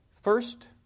First